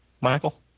Michael